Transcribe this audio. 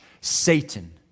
Satan